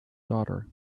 daughter